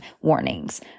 warnings